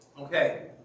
Okay